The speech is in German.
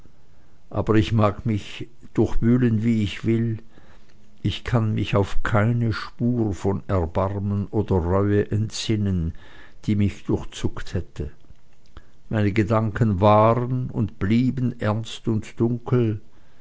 aber ich mag mich durchwühlen wie ich will ich kann mich auf keine spur von erbarmen oder reue entsinnen die mich durchzuckt hätte meine gedanken waren und blieben ernst und dunkel